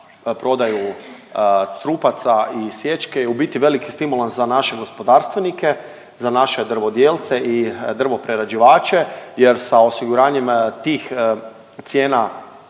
prodaju trupaca i sječke u biti veliki stimulans za naše gospodarstvenike, za naše drvodjelce i drvoprerađivače jer sa osiguranjem tih cijena